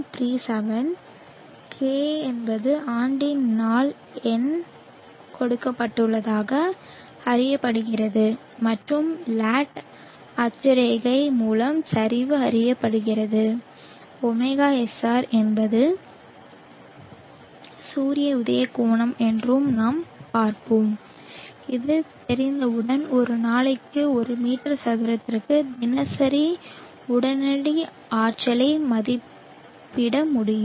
37 K என்பது ஆண்டின் நாள் எண் கொடுக்கப்பட்டதாக அறியப்படுகிறது மற்றும் lat அட்சரேகை மூலம் சரிவு அறியப்படுகிறது ωSR என்பது சூரிய உதய கோணம் என்று நாம் பார்ப்போம் அது தெரிந்தவுடன் ஒரு நாளைக்கு ஒரு மீட்டர் சதுரத்திற்கு தினசரி உடனடி ஆற்றலை மதிப்பீடு செய்ய முடியும்